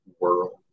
world